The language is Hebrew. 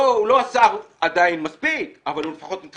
אומנם הוא עדיין לא עשה מספיק,